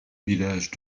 village